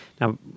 Now